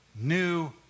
new